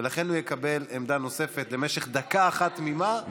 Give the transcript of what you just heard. ולכן הוא יקבל עמדה נוספת למשך דקה אחת תמימה.